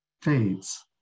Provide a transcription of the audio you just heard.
fades